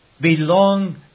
belong